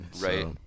Right